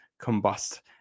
combust